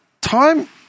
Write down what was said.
time –